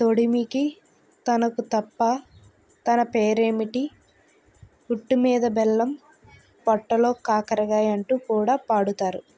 తొడిమికి తనకు తప్ప తన పేరేమిటి పుట్టు మీద బెల్లం పొట్టలో కాకరకాయ అంటూ కూడా పాడుతారు